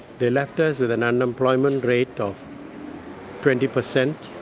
they left us with an unemployment rate of twenty percent,